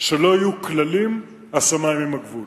שלא יהיו כללים, השמים הם הגבול.